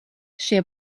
šie